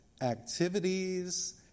activities